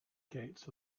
gates